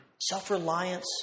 self-reliance